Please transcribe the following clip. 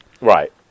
right